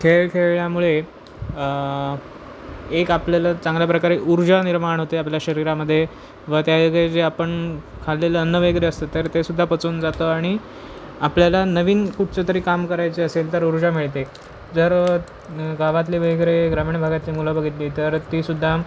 खेळ खेळल्यामुळे एक आपल्याला चांगल्या प्रकारे ऊर्जा निर्माण होते आपल्या शरीरामध्ये व त्या जे आपण खाल्लेलं अन्न वगैरे असतं तर तेसुद्धा पचवून जातं आणि आपल्याला नवीन कुठचं तरी काम करायचं असेल तर ऊर्जा मिळते जर गावातले वगैरे ग्रामीण भागातली मुलं बघितली तर तीसुद्धा